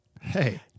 Hey